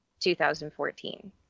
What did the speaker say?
2014